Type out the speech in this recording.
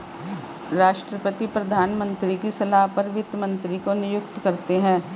राष्ट्रपति प्रधानमंत्री की सलाह पर वित्त मंत्री को नियुक्त करते है